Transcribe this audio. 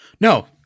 No